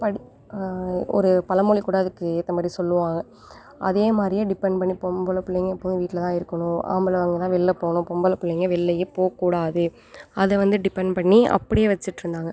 படி ஒரு பழமொலி கூட அதுக்கு ஏற்ற மாதிரி சொல்லுவாங்க அதேமாதிரியே டிப்பெண்ட் பண்ணி பொம்பளை பிள்ளைங்க எப்போதும் வீட்டிலதான் இருக்கணும் ஆம்பளைங்கதான் வெளில போகணும் பொம்பளை பிள்ளைங்க வெளிலயே போகக்கூடாது அதை வந்து டிப்பெண்ட் பண்ணி அப்படியே வச்சிட்ருந்தாங்க